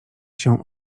się